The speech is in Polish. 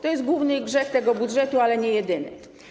To jest główny grzech tego budżetu, ale nie jedyny.